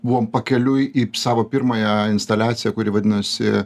buvom pakeliui į psavo pirmąją instaliaciją kuri vadinosi